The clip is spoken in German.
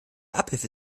abhilfe